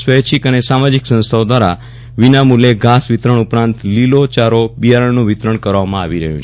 સ્વૈચ્છિક અને સામાજિક સંસ્થાઓ દ્વારા વિનામૂલ્યે ઘાસ વિતરણ ઉપરાંત લીલો ચારો બિયારણનું વિતરણ કરવામાં આવી રહ્યું છે